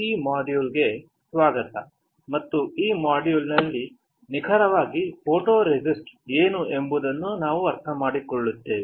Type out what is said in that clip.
ಈ ಮಾಡ್ಯೂಲ್ಗೆ ಸುಸ್ವಾಗತ ಮತ್ತು ಈ ಮಾಡ್ಯೂಲ್ನಲ್ಲಿ ನಿಖರವಾಗಿ ಫೋಟೊರೆಸಿಸ್ಟ್ ಏನು ಎಂಬುದನ್ನು ನಾವು ಅರ್ಥಮಾಡಿಕೊಳ್ಳುತ್ತೇವೆ